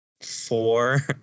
four